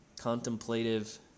contemplative